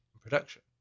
production